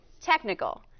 technical